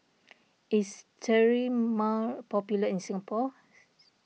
is Sterimar popular in Singapore